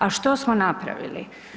A što smo napravili?